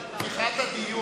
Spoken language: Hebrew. בכנסת?